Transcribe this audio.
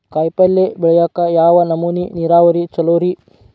ಕಾಯಿಪಲ್ಯ ಬೆಳಿಯಾಕ ಯಾವ್ ನಮೂನಿ ನೇರಾವರಿ ಛಲೋ ರಿ?